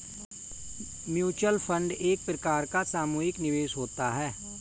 mutual fund एक प्रकार का सामुहिक निवेश होता है